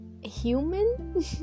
human